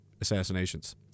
assassinations